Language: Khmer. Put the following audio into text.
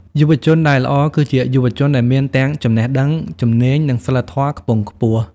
យុវជនដែលល្អ គឺជាយុវជនដែលមានទាំងចំណេះដឹង ជំនាញ និងសីលធម៌ខ្ពង់ខ្ពស់។